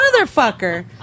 motherfucker